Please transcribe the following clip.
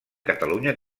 catalunya